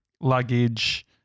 luggage